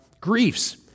griefs